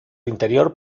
interior